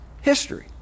history